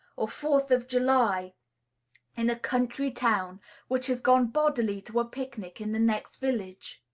or fourth of july in a country town which has gone bodily to a picnic in the next village.